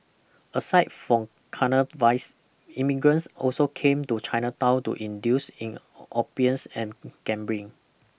aside from carnal vice immigrants also came to Chinatown to induce in opiums and gambling